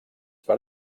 per